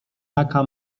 taka